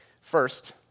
first